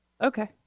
Okay